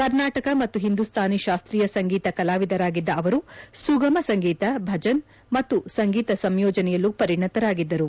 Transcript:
ಕರ್ನಾಟಕ ಮತ್ತು ಹಿಂದೂಸ್ಥಾನಿ ಶಾಸ್ತೀಯ ಸಂಗೀತ ಕಲಾವಿದರಾಗಿದ್ದ ಅವರು ಸುಗಮ ಸಂಗೀತ ಭಜನ್ ಮತ್ತು ಸಂಗೀತ ಸಂಯೋಜನೆಯಲ್ಲೂ ಪರಿಣತರಾಗಿದ್ದರು